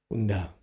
Unda